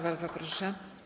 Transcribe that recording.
Bardzo proszę.